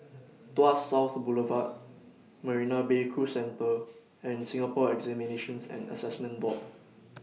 Tuas South Boulevard Marina Bay Cruise Centre and Singapore Examinations and Assessment Board